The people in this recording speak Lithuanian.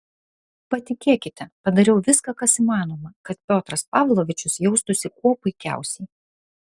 patikėkite padariau viską kas įmanoma kad piotras pavlovičius jaustųsi kuo puikiausiai